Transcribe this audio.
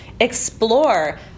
Explore